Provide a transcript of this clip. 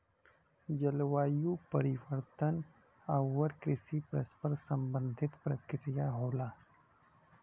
जलवायु परिवर्तन आउर कृषि परस्पर संबंधित प्रक्रिया होला